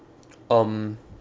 um